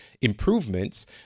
improvements